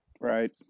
right